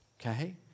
Okay